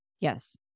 Yes